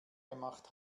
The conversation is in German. gemacht